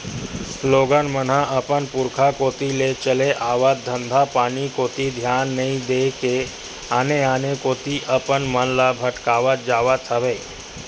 लोगन मन ह अपन पुरुखा कोती ले चले आवत धंधापानी कोती धियान नइ देय के आने आने कोती अपन मन ल भटकावत जावत हवय